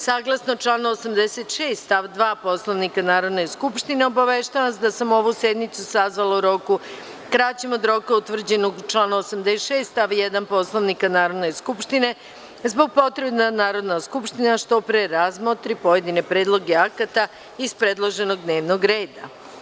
Saglasno članu 86. stav 2. Poslovnika Narodne skupštine, obaveštavam vas da sam ovu sednicu sazvala u roku kraćem od roka utvrđenog u članu 86. stav 1. Poslovnika Narodne skupštine, zbog potrebe da Narodna skupština što pre razmotri pojedine predloge zakona iz predloženog dnevnog reda.